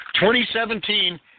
2017